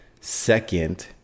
second